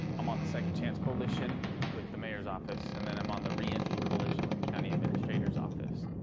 i'm on the second chance coalition with the mayor's office and then i'm on the reentry coalition with the county administrator's office.